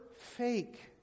fake